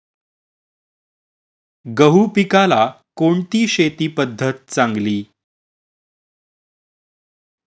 गहू पिकाला कोणती शेती पद्धत चांगली?